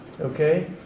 okay